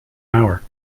hour